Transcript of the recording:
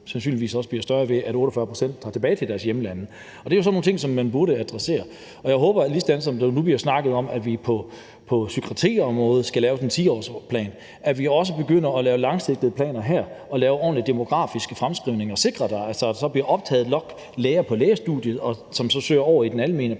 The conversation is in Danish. sandsynligvis også bare, at lægemanglen bliver større. Det er jo sådan nogle ting, som man burde adressere. Og jeg håber, at ligesom vi har snakket om, at vi på psykiatriområdet skal lave sådan en 10-årsplan, så begynder vi også at lave langsigtede planer her og at lave ordentlige demografiske fremskrivninger, så vi får sikret, at der bliver optaget nok studerende på lægestudiet, som så søger over i den almene praksis